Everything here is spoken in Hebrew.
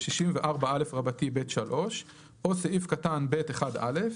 סעיף 64א(ב)(3) או סעיף קטן (ב)(1א)